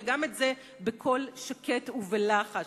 וגם את זה בקול שקט ובלחש.